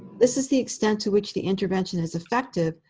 this is the extent to which the intervention is effective,